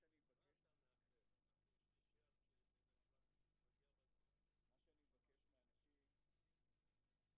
יש גם מקומות שפועל נהרג בזמן שהוא עושה שיפוץ בבית פרטי של